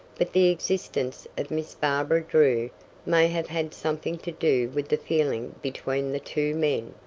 but the existence of miss barbara drew may have had something to do with the feeling between the two men.